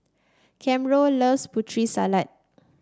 Camron loves Putri Salad